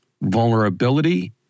vulnerability